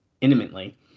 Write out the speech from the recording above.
intimately